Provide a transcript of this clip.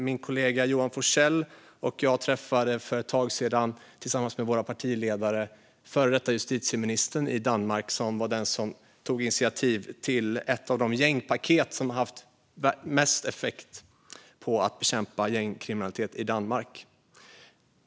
Min kollega Johan Forssell och jag träffade för ett tag sedan tillsammans med våra partiledare den före detta justitieministern i Danmark, som var den som tog initiativ till ett av de gängpaket som har haft mest effekt när det gäller att bekämpa gängkriminalitet i Danmark.